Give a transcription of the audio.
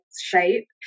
shape